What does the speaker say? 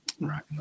right